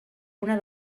una